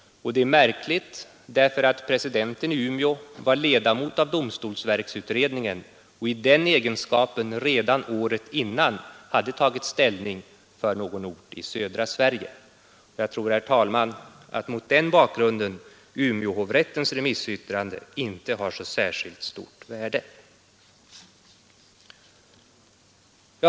Och det är särskilt märkligt, eftersom presidenten i Umeå var ledamot av domstolsverksutredningen och i den egenskapen redan året innan hade tagit ställning för någon ort i södra Sverige. Jag tror, herr talman, att mot den bakgrunden Umeåhovrättens remissyttrande inte har så särskilt stort värde.